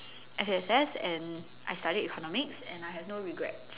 F_A_S_S and I studied economics and I have no regrets